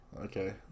Okay